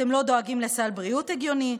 אתם לא דואגים לסל בריאות הגיוני.